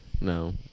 No